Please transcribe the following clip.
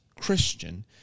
Christian